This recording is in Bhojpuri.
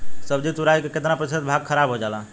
सब्जी तुराई के बाद केतना प्रतिशत भाग खराब हो जाला?